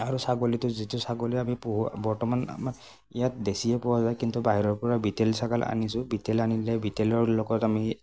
আৰু ছাগলীটো যিটো ছাগলী আমি পোহো বৰ্তমান আমাৰ ইয়াত বেছিয়ে পোৱা যায় কিন্তু বাহিৰৰপৰা বিতেল ছাগলী আনিছোঁ বিতেল আনিলে বিতেলৰ লগত আমি